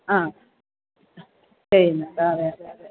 ആ ചെയ്യുന്നു അതേ അതേ അതേ